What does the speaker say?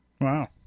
Wow